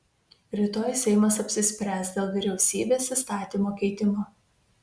rytoj seimas apsispręs dėl vyriausybės įstatymo keitimo